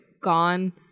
gone